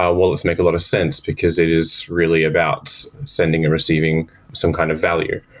ah wallets make a lot of sense, because it is really about sending and receiving some kind of value.